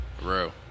Real